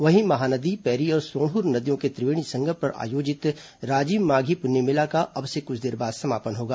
वहीं महानदी पैरी और सोंदूर नदियों के त्रिवेणी संगम पर आयोजित राजिम माघी पुन्नी मेला का अब से क्छ देर बाद समापन होगा